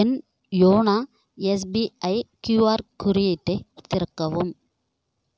என் யோனா SBI QR குறியீட்டை திறக்கவும்